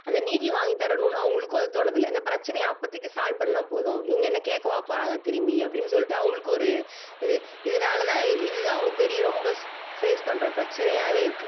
அந்த நீதி வாங்கி தரணும்னு அவங்களுக்கும் அது தோணுனதில்ல இந்த பிரச்சனையை அப்போதிக்கு சால்வ் பண்ணால் போதும் இவங்க என்ன கேட்கவா போகிறாங்க திரும்பி அப்படின்னு சொல்லிட்டு அவங்களுக்கு ஒரு இது இதனால தான் இதுதான் அவங்க பெரிய ரொம்ப ஃபேஸ் பண்ணுற பிரச்சனையாகவே இருக்குது